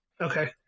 Okay